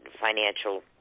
financial